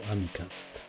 Amicast